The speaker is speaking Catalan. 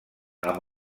amb